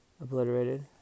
obliterated